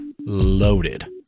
loaded